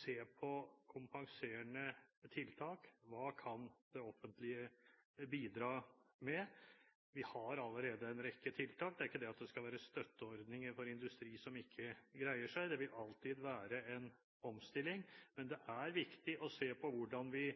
se på kompenserende tiltak: Hva kan det offentlige bidra med? Vi har allerede en rekke tiltak. Det er ikke det at det skal være støtteordninger for industri som ikke greier seg, det vil alltid være en omstilling. Men det er viktig å se på hvordan vi